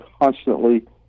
constantly